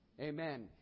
Amen